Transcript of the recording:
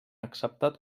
acceptat